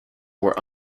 were